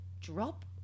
drop